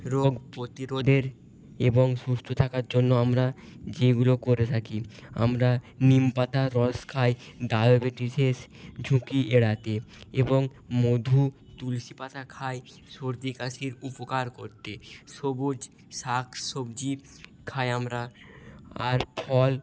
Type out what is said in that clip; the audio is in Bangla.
রোগ প্রতিরোধের এবং সুস্থ থাকার জন্য আমরা যেগুলো করে থাকি আমরা নিমপাতার রস খাই ডায়াবেটিসের ঝুঁকি এড়াতে এবং মধু তুলসী পাতা খাই সর্দি কাশির উপকার করতে সবুজ শাক সবজি খাই আমরা আর ফল